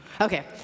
Okay